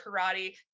karate